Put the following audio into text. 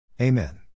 Amen